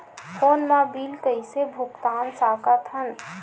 Phone मा bill कइसे भुक्तान साकत हन?